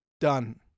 Done